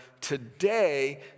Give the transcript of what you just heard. today